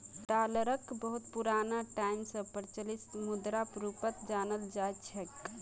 डालरक बहुत पुराना टाइम स प्रचलित मुद्राक रूपत जानाल जा छेक